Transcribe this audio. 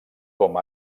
com